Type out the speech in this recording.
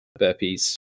burpees